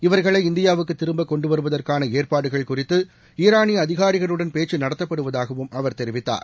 இவர்களை இந்தியாவுக்கு திரும்ப கொண்டுவருவதற்கான ஏற்பாடுகள் குறித்து ஈரானிய அதிகாரிகளுடன் பேச்சு நடத்தப்படுவதாகவும் அவர் தெரிவித்தார்